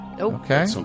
Okay